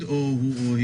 היא.